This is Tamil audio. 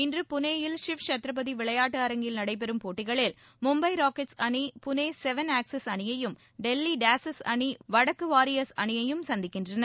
இன்று புனேயில் ஷிவ்சத்ரபதி விளையாட்டு அரங்கில் நடைபெறும் போட்டிகளில் மும்பை ராக்கெட்ஸ் அணி புளே செவன் ஆக்சஸ் அணியையும் டெல்லி டேசஸ் அணி வடகிழக்கு வாரியர்ஸ் அணியையும் சந்திக்கின்றன